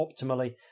optimally